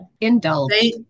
Indulge